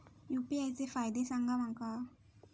UPI चे फायदे सांगा माका?